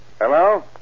Hello